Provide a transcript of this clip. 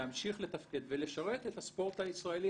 להמשיך לתפקד ולשרת את הספורט הישראלי,